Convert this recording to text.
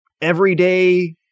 everyday